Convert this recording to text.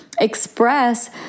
express